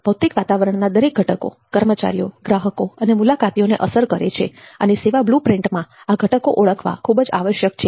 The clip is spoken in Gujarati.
ભૌતિક વાતાવરણના દરેક ઘટકો કર્મચારીઓ ગ્રાહકો અને મુલાકાતીઓને અસર કરે છે અને સેવા બ્લુ પ્રિન્ટમાં આ ઘટકો ઓળખવા ખૂબ જ આવશ્યક છે